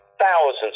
Thousands